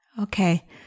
Okay